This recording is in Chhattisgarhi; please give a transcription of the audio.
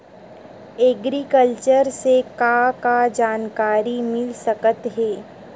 एग्रीकल्चर से का का जानकारी मिल सकत हे?